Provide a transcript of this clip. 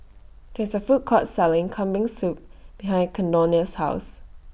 There IS A Food Court Selling Kambing Soup behind Caldonia's House